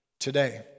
today